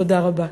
תודה רבה.